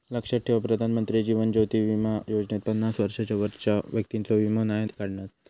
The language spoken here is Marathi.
लक्षात ठेवा प्रधानमंत्री जीवन ज्योति बीमा योजनेत पन्नास वर्षांच्या वरच्या व्यक्तिंचो वीमो नाय काढणत